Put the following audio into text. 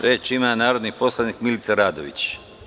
Reč ima narodni poslanik Milica Radović.